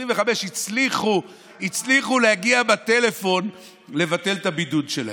25% הצליחו להגיע בטלפון לבטל את הבידוד שלהם.